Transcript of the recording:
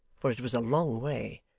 for it was a long way,